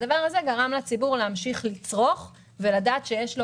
הדבר הזה גרם לציבור להמשיך לצרוך ולדעת שיש לו